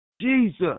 Jesus